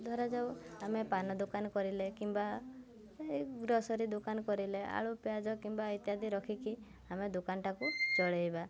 ଧରାଯାଉ ଆମେ ପାନ ଦୋକାନ କରିଲେ କିମ୍ବା ଗ୍ରୋସରି ଦୋକାନ କରିଲେ ଆଳୁ ପିଆଜ କିମ୍ବା ଇତ୍ୟାଦି ରଖିକି ଆମେ ଦୋକାନଟାକୁ ଚଳାଇବା